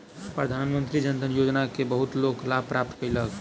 प्रधानमंत्री जन धन योजना के बहुत लोक लाभ प्राप्त कयलक